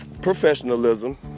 professionalism